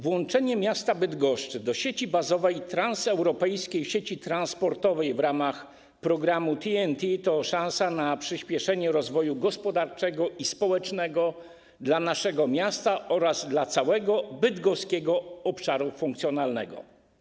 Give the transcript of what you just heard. Włączenie miasta Bydgoszcz do sieci bazowej transeuropejskiej sieci transportowej w ramach programu TEN-T to szansa na przyśpieszenie rozwoju gospodarczego i społecznego naszego miasta oraz całego bydgoskiego obszaru funkcjonalnego.